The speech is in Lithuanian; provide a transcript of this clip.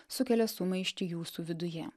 sukelia sumaištį jūsų viduje